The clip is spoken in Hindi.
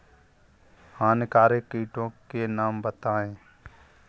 हानिकारक कीटों के नाम बताएँ?